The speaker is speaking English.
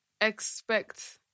expect